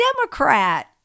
Democrat